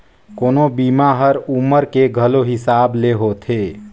कोनो बीमा हर उमर के घलो हिसाब ले होथे